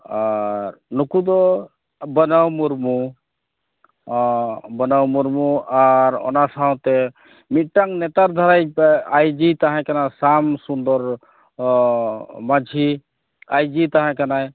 ᱟᱨ ᱱᱩᱠᱩᱫᱚ ᱵᱟᱱᱟᱣ ᱢᱩᱨᱢᱩ ᱟᱨ ᱵᱟᱱᱟᱣ ᱢᱩᱨᱢᱩ ᱟᱨ ᱚᱱᱟ ᱥᱟᱶᱛᱮ ᱢᱤᱫᱴᱟᱝ ᱱᱮᱛᱟᱨ ᱫᱷᱟᱨᱟᱭᱤᱡ ᱟᱭᱹᱡᱤᱭ ᱛᱟᱦᱮᱸᱠᱟᱱᱟ ᱥᱟᱢ ᱥᱩᱱᱫᱚᱨ ᱢᱟᱡᱷᱤ ᱟᱭᱹᱡᱤᱭ ᱛᱟᱦᱮᱸᱠᱟᱱᱟ